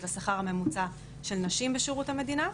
לשכר הממוצע של נשים בשירות המדינה,